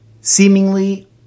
seemingly